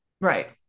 right